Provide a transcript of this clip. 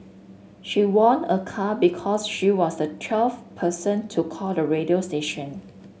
she won a car because she was the twelfth person to call the radio station